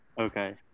Okay